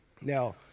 Now